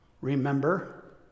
remember